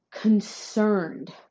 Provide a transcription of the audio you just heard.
concerned